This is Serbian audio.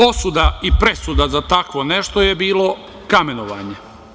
Osuda i presuda za tako nešto je bilo kamenovanje.